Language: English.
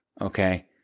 Okay